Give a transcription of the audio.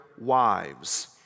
wives